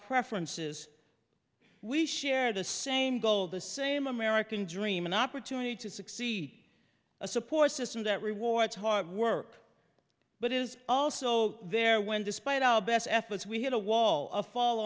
preferences we share the same goal the same american dream an opportunity to succeed a support system that rewards hard work but is also there when despite our best efforts we hit a wall of fall